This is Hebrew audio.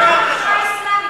אתה דיברת שם.